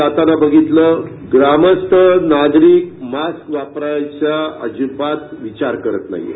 जातांना बघितलं ग्रामस्थ नागरिक मास्क वापरायचा अजिबात विचार करत नाहीत